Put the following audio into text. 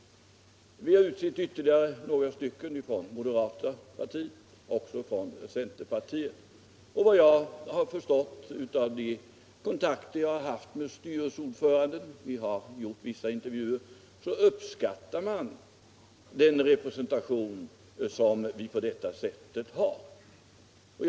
Vi har utsett ytterligare några medlemmar i moderata samlingspartiet och även några från centerpartiet. Enligt vad jag förstått av de kontakter jag har haft med olika styrelseordförande — vi har gjort vissa intervjuer — uppskattas den representation som vi på detta sätt har i styrelserna.